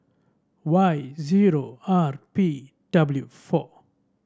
Y zero R P W four